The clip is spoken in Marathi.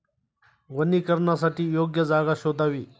वनीकरणासाठी योग्य जागा शोधावी